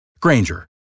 Granger